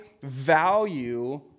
value